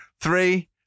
Three